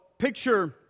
Picture